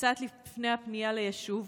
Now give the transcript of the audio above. קצת לפני הפנייה ליישוב,